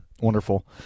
wonderful